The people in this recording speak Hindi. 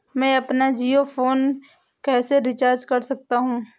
मैं अपना जियो फोन कैसे रिचार्ज कर सकता हूँ?